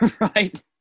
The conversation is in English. Right